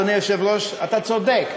אדוני היושב-ראש, אתה צודק,